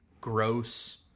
gross